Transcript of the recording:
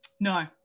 No